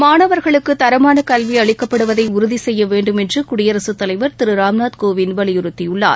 மாணவர்களுக்கு தரமான கல்வி அளிக்கப்படுவதை உறுதி செய்ய வேண்டும் என்று குடியரசுத் தலைவர் திரு ராம்நாத் கோவிந்த் வலியுறுத்தியுள்ளார்